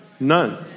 None